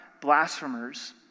blasphemers